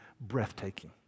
breathtaking